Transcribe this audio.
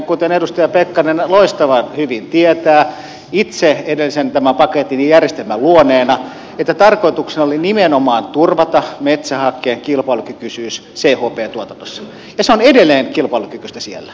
kuten edustaja pekkarinen loistavan hyvin itse tietää tämän edellisen paketin ja järjestelmän luoneena tarkoituksena oli nimenomaan turvata metsähakkeen kilpailukykyisyys chp tuotannossa ja se on edelleen kilpailukykyistä siellä